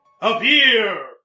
Appear